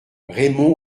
raymond